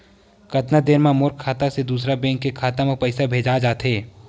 कतका देर मा मोर खाता से दूसरा बैंक के खाता मा पईसा भेजा जाथे?